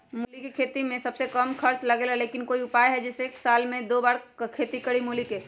मूली के खेती में सबसे कम खर्च लगेला लेकिन कोई उपाय है कि जेसे साल में दो बार खेती करी मूली के?